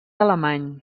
alemany